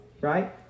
right